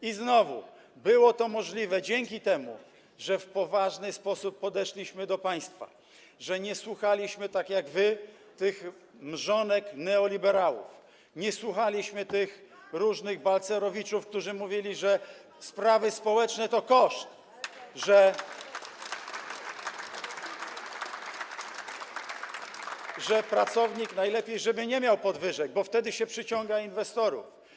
I znowu było to możliwe dzięki temu, że w poważny sposób podeszliśmy do państwa, że nie słuchaliśmy, tak jak wy, tych mrzonek neoliberałów, nie słuchaliśmy tych różnych Balcerowiczów, którzy mówili, że sprawy społeczne to koszt, że najlepiej, żeby pracownik nie miał podwyżek, bo wtedy się przyciąga inwestorów.